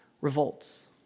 revolts